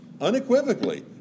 unequivocally